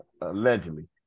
Allegedly